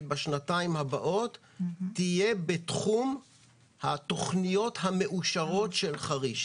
בשנתיים הבאות תהיה בתחום התכניות המאושרות של חריש.